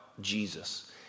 Jesus